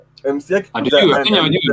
MCA